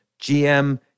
GM